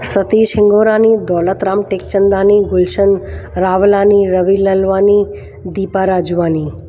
Satish Hingorani Daulatram Tekchandani Gulshan Rawlani Ravi Lalwani Deepa Rajwani